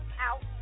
out